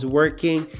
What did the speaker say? working